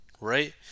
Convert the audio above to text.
right